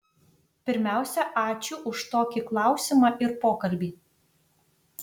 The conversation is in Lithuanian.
pirmiausia ačiū už tokį klausimą ir pokalbį